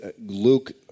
Luke